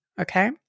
okay